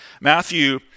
Matthew